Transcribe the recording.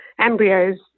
embryos